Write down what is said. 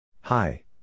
Hi